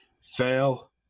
fail